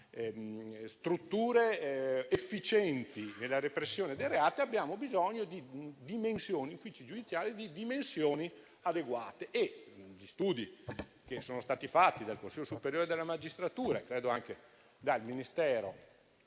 strutture efficienti nella repressione dei reati, abbiamo bisogno di uffici giudiziari di dimensioni adeguate. Gli studi che sono stati fatti dal Consiglio superiore della magistratura e credo anche dal Ministero